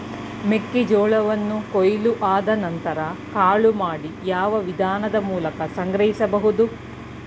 ಮೆಕ್ಕೆ ಜೋಳವನ್ನು ಕೊಯ್ಲು ಆದ ನಂತರ ಕಾಳು ಮಾಡಿ ಯಾವ ವಿಧಾನದ ಮೂಲಕ ಸಂಗ್ರಹಿಸಬಹುದು?